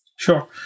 Sure